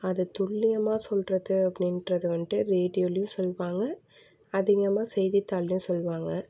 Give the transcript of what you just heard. அது துல்லியமாக சொல்கிறது அப்படின்றது வந்துட்டு ரேடியோலேயும் சொல்வாங்க அதிகமாக செய்தித்தாள்லேயும் சொல்வாங்க